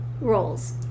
roles